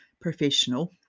professional